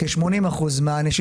כ- 80% מהאנשים